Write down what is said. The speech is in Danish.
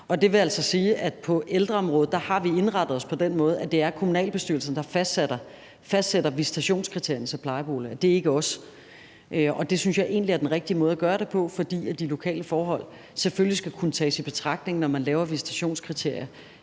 Det vil altså sige, at på ældreområdet har vi indrettet os på den måde, at det er kommunalbestyrelsen, der fastsætter visitationskriterierne til plejeboliger, og ikke os, og det synes jeg egentlig er den rigtige måde at gøre det på, fordi de lokale forhold selvfølgelig skal kunne tages i betragtning, når man laver visitationskriterier